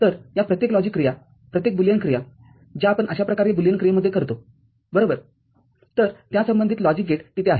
तर या प्रत्येक लॉजिक क्रियाप्रत्येक बुलियन क्रिया ज्या आपण अशा प्रकारे बुलियन क्रियेमध्ये करतो बरोबरतर त्या संबंधित लॉजिक गेट तिथे आहे